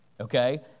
Okay